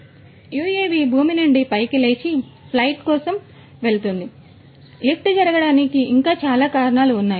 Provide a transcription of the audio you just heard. కాబట్టి యుఎవి భూమి నుండి పైకి లేచి ఫ్లైట్ కోసం వెళుతుంది లిఫ్ట్ జరగడానికి ఇంకా చాలా కారణాలు ఉన్నాయి